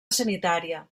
sanitària